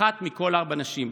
אחת מכל ארבע נשים.